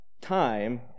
time